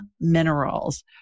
Minerals